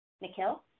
Nikhil